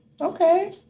Okay